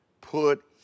Put